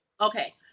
Okay